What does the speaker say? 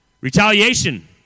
Retaliation